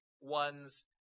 ones